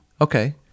Okay